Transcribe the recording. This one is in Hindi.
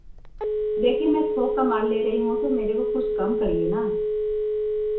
देखिए मैं थोक का माल ले रही हूँ तो मेरे को कुछ कम करिए ना